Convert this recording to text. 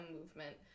movement